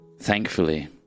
Thankfully